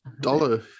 dollar